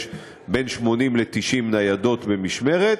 יש בין 80 ל-90 ניידות במשמרת,